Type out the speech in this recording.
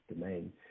domain